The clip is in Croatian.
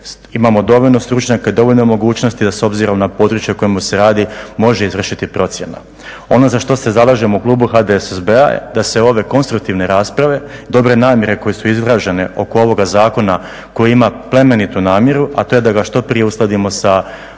imamo dovoljno stručnjaka, dovoljno mogućnosti da s obzirom na područje o kojemu se radi može izvršiti procjenu. Ono za što se zalažemo u klubu HDSSB-a da se ove konstruktivne rasprave, dobre namjere koje su izražene oko ovoga zakona koji ima plemenitu namjeru, a to je da ga što prije uskladimo sa ostalim